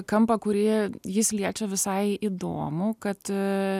kampą kurį jis liečia visai įdomų kad